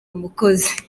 umukozi